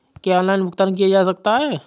क्या ऑनलाइन भुगतान किया जा सकता है?